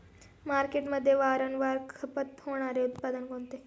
मार्केटमध्ये वारंवार खपत होणारे उत्पादन कोणते?